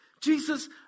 Jesus